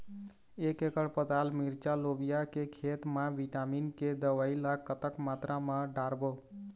एक एकड़ पताल मिरचा लोबिया के खेत मा विटामिन के दवई ला कतक मात्रा म डारबो?